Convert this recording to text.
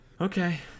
Okay